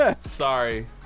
Sorry